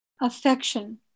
affection